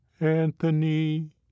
Anthony